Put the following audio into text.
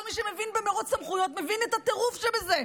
כל מי שמבין במרוץ סמכויות מבין את הטירוף שבזה.